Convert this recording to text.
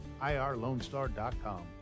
IRLoneStar.com